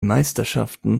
meisterschaften